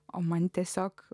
o man tiesiog